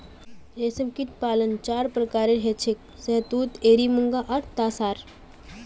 रेशमकीट पालन चार प्रकारेर हछेक शहतूत एरी मुगा आर तासार